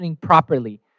properly